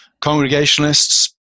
Congregationalists –